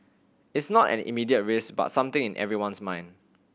it's not an immediate risk but something in everyone's mind